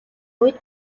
үед